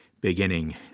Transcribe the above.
beginning